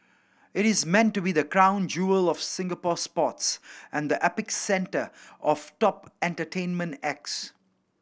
it is meant to be the crown jewel of Singapore sports and the epicentre of top entertainment acts